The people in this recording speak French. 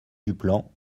duplan